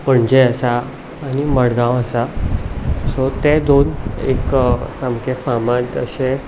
पणजे आसा आनी मडगांव आसा सो ते दोन एक सामके फामाद अशे